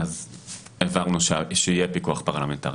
הבהרנו שיהיה פיקוח פרלמנטרי.